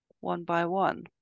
one-by-one